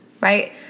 right